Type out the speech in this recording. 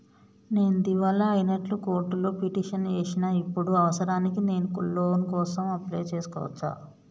నేను దివాలా అయినట్లు కోర్టులో పిటిషన్ ఏశిన ఇప్పుడు అవసరానికి నేను లోన్ కోసం అప్లయ్ చేస్కోవచ్చా?